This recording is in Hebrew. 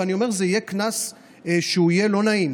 ואני אומר, זה יהיה קנס לא נעים.